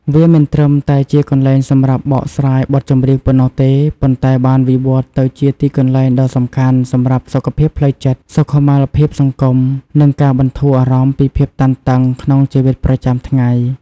វាមិនត្រឹមតែជាកន្លែងសម្រាប់បកស្រាយបទចម្រៀងប៉ុណ្ណោះទេ ប៉ុន្តែបានវិវត្តទៅជាទីកន្លែងដ៏សំខាន់សម្រាប់សុខភាពផ្លូវចិត្ត សុខុមាលភាពសង្គម និងការបន្ធូរអារម្មណ៍ពីភាពតានតឹងក្នុងជីវិតប្រចាំថ្ងៃ។